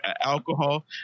alcohol